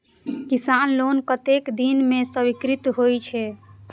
किसान लोन कतेक दिन में स्वीकृत होई छै?